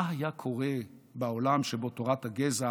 מה היה קורה בעולם שבו תורת הגזע